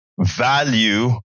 value